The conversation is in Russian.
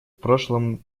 прошлом